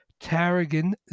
Tarragon